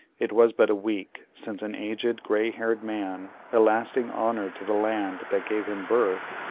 it was but a week, since an aged, grey-haired man, a lasting honour to the land that gave him birth,